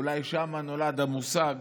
אולי שם נולד המושג